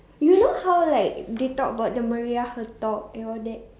you know how like they talk about the Maria-Hertogh and all that